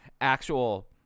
actual